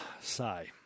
Sigh